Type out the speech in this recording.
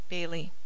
Bailey